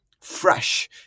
fresh